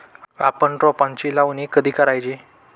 आपण रोपांची लावणी कधी करायची?